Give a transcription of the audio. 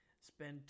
spend